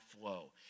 flow